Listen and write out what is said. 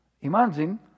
Imagine